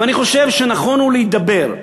ואני חושב שנכון להידבר.